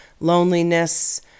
loneliness